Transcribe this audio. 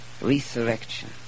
resurrection